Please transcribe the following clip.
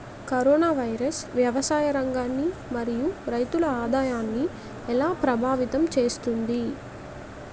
Corona virus వ్యవసాయ రంగాన్ని మరియు రైతుల ఆదాయాన్ని ఎలా ప్రభావితం చేస్తుంది?